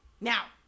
now